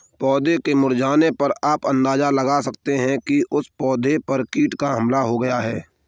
पौधों के मुरझाने पर आप अंदाजा लगा सकते हो कि उस पौधे पर कीटों का हमला हो गया है